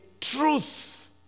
truth